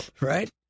Right